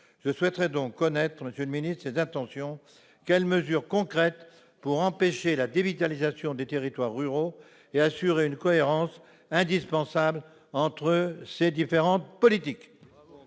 Je souhaiterais donc connaître ses intentions, monsieur le ministre de la cohésion des territoires. Quelles mesures concrètes pour empêcher la dévitalisation des territoires ruraux et assurer une cohérence indispensable entre ces différentes politiques